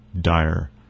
dire